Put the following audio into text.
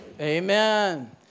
Amen